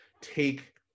take